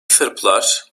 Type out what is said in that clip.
sırplar